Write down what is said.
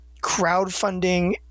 crowdfunding